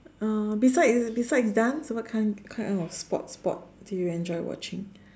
uh besides besides dance what kind kind of sport sport do you enjoy watching